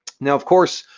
now, of course,